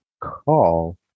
call